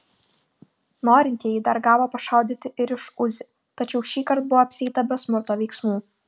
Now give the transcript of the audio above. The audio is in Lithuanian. norintieji dar gavo pašaudyti ir iš uzi tačiau šįkart buvo apsieita be smurto veiksmų